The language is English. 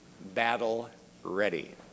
battle-ready